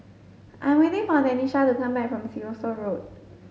I 'm waiting for Denisha to come back from Siloso Road